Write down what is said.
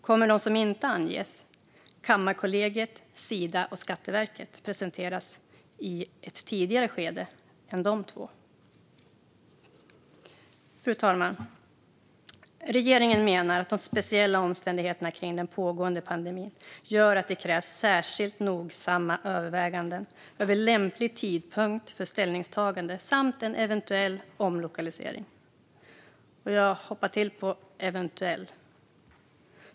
Kommer de som inte anges - Kammarkollegiet, Sida och Skatteverket - att presenteras i ett tidigare skede än de två? Fru talman! Regeringen menar, som statsrådet säger i sitt interpellationssvar, att "de speciella omständigheterna kring den pågående pandemin" gör att det "krävs särskilt nogsamma överväganden rörande lämplig tidpunkt för ett ställningstagande samt en eventuell omlokalisering". Jag hoppade till vid ordet "eventuell".